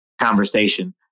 conversation